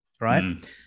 Right